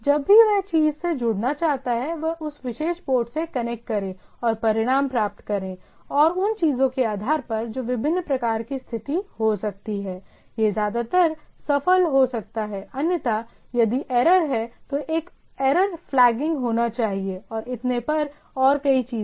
जब भी वह चीज से जुड़ना चाहता है उस विशेष पोर्ट से कनेक्ट करें और परिणाम प्राप्त करें और उन चीजों के आधार पर जो विभिन्न प्रकार की स्थिति हो सकती है यह ज्यादातर सफल हो सकता है अन्यथा यदि एरर है तो एक एरर फ्लैगइंग होना चाहिए और इतने पर और कई चीजें